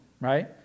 right